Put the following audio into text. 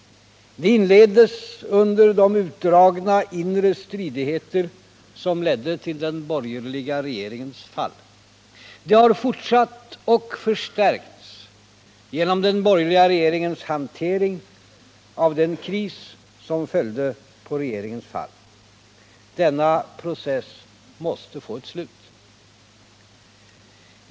Det inleddes under de utdragna inre stridigheter som ledde till den borgerliga regeringens fall. Det har fortsatt och förstärkts genom den borgerliga majoritetens hantering av den kris som följde på regeringens fall. Denna process måste få ett slut.